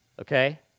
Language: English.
okay